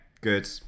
good